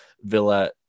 Villa